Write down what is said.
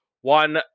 one